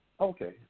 Okay